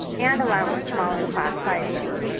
and allowing smaller class sizes.